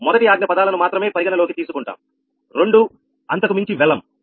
మొదటి ఆజ్ఞ పదాలను మాత్రమే పరిగణనలోకి తీసుకుంటాంరెండు అంతకుమించి వెళ్ళము